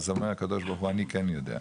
אז אומר הקדוש ברוך הוא, אני כן יודע,